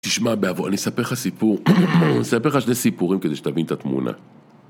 תשמע בעוו... , אני אספר לך סיפור... אני אספר לך שני סיפורים כדי שתבין את התמונה.